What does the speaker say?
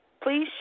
Please